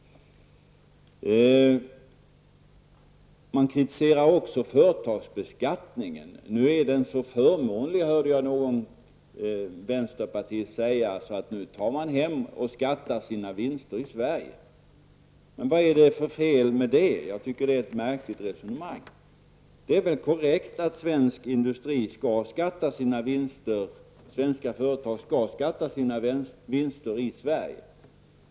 Man kritiserar också företagsbeskattningen. Jag hörde någon i vänsterpartiet säga att den nu är så förmånlig att man tar hem och skattar sina vinster i Sverige. Vad är det för fel med det? Jag tycker att det är ett märkligt resonemang. Det är väl korrekt att svensk industri och svenska företag skall skatta sina vinster i Sverige?